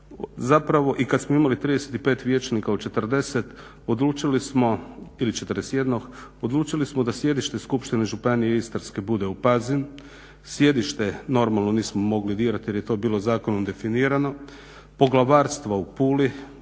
do 80% i kad smo imali 35 vijećnika od 40 ili 41, odlučili smo da sjedište Skupštine županije Istarske bude u Pazinu. Sjedište normalno nismo mogli dirati jer je to bilo zakonom definirano. Poglavarstvo u Puli